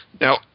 Now